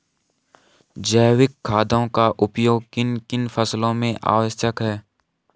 जैविक खादों का उपयोग किन किन फसलों में आवश्यक है?